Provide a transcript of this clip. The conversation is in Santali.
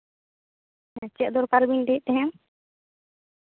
ᱪᱮᱫ ᱫᱚᱨᱠᱟᱨ ᱵᱮᱱ ᱞᱟᱹᱭᱮᱫ ᱛᱟᱦᱮᱱᱟ